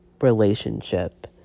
relationship